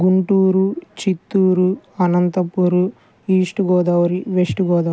Guntur Chittoor Anantapur East Godavari West Godavari